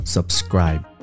Subscribe